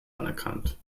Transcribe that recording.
anerkannt